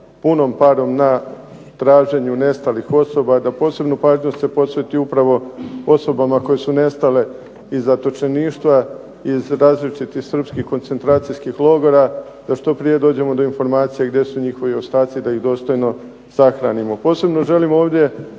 punom parom na traženju nestalih osoba, da posebnu pažnju se posveti upravo osobama koje su nestale iz zatočeništva iz različitih srpskih koncentracijskih logora. Da što prije dođemo do informacija gdje su njihovi ostaci da ih dostojno sahranimo.